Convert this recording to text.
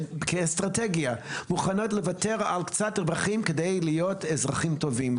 שכאסטרטגיה מוכנות לוותר על קצת רווחים כדי להיות אזרחים טובים.